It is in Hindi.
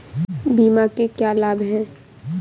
बीमा के क्या लाभ हैं?